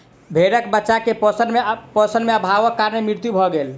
भेड़क बच्चा के पोषण में अभावक कारण मृत्यु भ गेल